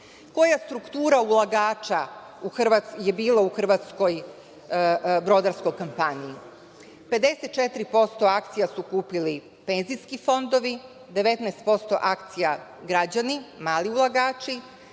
Koja struktura ulagača je bila u hrvatskoj brodarskoj kompaniji? Pedeset četiri posto akcija su kupili penzijski fondovi, 19% akcija građani, mali ulagači,